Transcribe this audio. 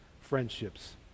Friendships